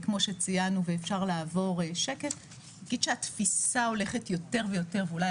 אני אגיד שהתפיסה הולכת יותר ויותר ואולי